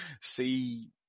see